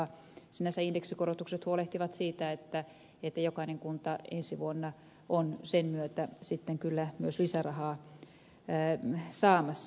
sinänsä indeksikorotukset huolehtivat siitä että jokainen kunta ensi vuonna on sen myötä sitten kyllä myös lisärahaa saamassa